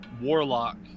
warlock